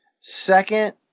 Second